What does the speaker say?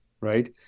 right